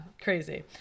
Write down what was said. crazy